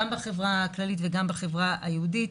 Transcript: גם בחברה הכללית וגם בחברה היהודית.